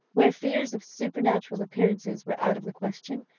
where fears of supernatural appearances were out of the question,